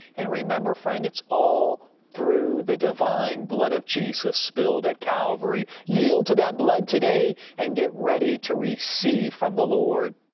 and remember friend, it's all through the divine blood of jesus spilled at calvary. yield to that blood today and get ready to receive from the lord!